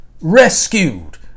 rescued